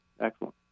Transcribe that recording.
excellent